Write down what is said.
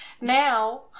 Now